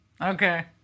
Okay